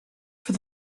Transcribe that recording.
for